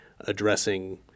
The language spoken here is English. addressing